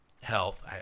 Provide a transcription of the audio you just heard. health